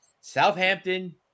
Southampton